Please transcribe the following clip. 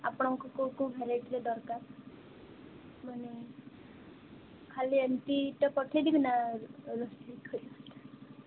ଆପଣଙ୍କୁ କୋଉ କୋଉ ଭେରାଇଟ୍ର ଦରକାର ମାନେ ଖାଲି ଏମିତିଟା ପଠେଇ ଦେବି ନା ରୋଷେଇ କରିକି ପଠେଇବି